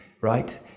right